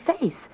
face